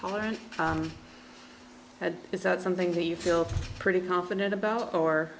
tolerant is that something that you feel pretty confident about or